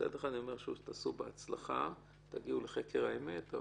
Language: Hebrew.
מצד אחד שיהיה בהצלחה ושתגיעו לחקר האמת,